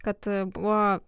kad buvo